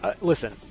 Listen